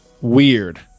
weird